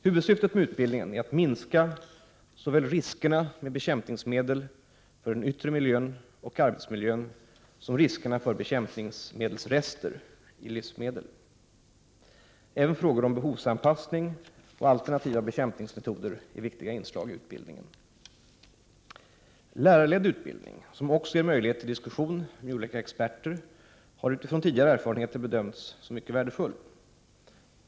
Huvudsyftet med utbildningen är att minska såväl riskerna med bekämpningsmedel för den yttre miljön och arbetsmiljön som riskerna för bekämpningsmedelsrester i livsmedel. Även frågor om behovsanpassning och alternativa bekämpningsmetoder är viktiga inslag i utbildningen. Lärarledd utbildning, som också ger möjlighet till diskussion med olika experter, har utifrån tidigare erfarenheter bedömts som mycket värdefull.